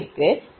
5 ஆக உள்ளது